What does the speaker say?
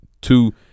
two